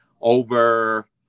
over